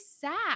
sad